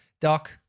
Doc